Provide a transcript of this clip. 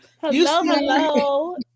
hello